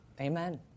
Amen